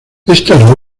esta